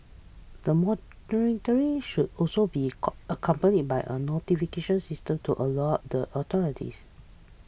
the monitoring should also be con accompanied by a notification system to alert the authorities